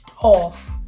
off